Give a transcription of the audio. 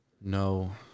no